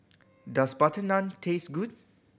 does butter naan taste good